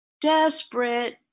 desperate